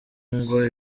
ngo